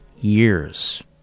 years